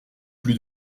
plus